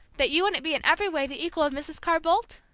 that you wouldn't be in every way the equal of mrs. carr-boldt?